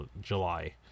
July